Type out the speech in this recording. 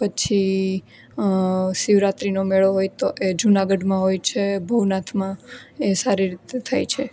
પછી શિવરાત્રીનો મેળો હોય તો એ જુનાગઢમાં હોય છે ભવનાથમાં એ સારી રીતે થાય છે